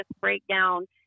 breakdown